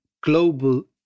global